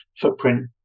footprint